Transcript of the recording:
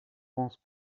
pense